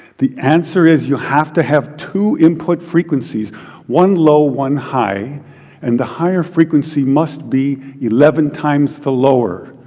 the answer is you have to have two input frequencies one low, one high and the higher frequency must be eleven times the lower.